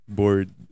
bored